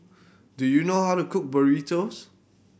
do you know how to cook Burritos